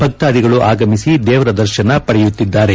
ಭಕ್ತಾದಿಗಳು ಆಗಮಿಸಿ ದೇವರ ದರ್ಶನ ಪಡೆಯುತ್ತಿದ್ದಾರೆ